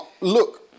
look